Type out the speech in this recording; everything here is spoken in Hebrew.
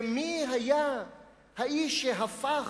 ומי היה האיש שהפך,